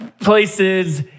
places